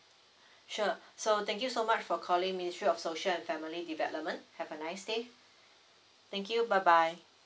sure so thank you so much for calling ministry of social and family development have a nice day thank you bye bye